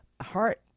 heart